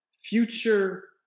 future